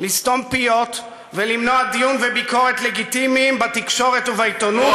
לסתום פיות ולמנוע דיון וביקורת לגיטימיים בתקשורת ובעיתונות,